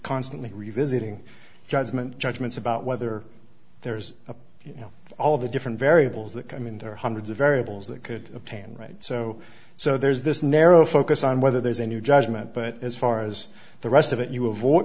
constantly revisiting judgment judgments about whether there's a you know all the different variables that come into hundreds of variables that could pan right so so there's this narrow focus on whether there's a new judgment but as far as the rest of it you avoid